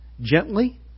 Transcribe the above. gently